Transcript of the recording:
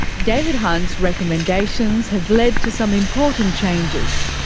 david hunt's recommendations have led to some important changes.